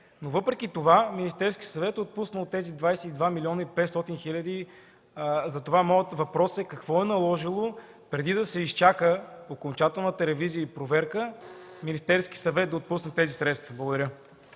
не. Въпреки това Министерският съвет е отпуснал тези 22 млн. 500 хил. Моят въпрос е: какво е наложило преди да се изчака окончателната ревизия и проверка, Министерският съвет да отпусне тези средства? Благодаря.